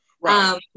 Right